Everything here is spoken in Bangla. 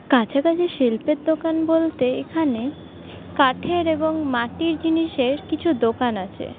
কাছাকাছি শিল্পের দোকান বলতে এখানে কাঠের এবং মাটির জিনিসের কিছু দোকান আছে